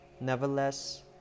Nevertheless